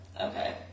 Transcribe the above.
Okay